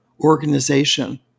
organization